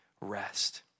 rest